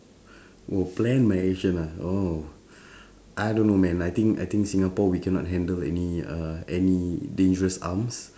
oh plan my ration ah oh I don't know man I think I think singapore we cannot handle any uh any dangerous arms